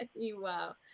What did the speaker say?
Wow